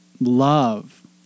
love